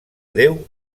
déu